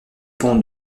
pont